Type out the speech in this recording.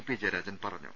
P Jayarajan പറഞ്ഞു